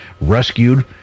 rescued